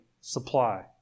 supply